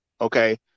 okay